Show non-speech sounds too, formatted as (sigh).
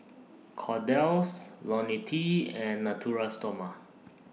(noise) Kordel's Ionil T and Natura Stoma (noise)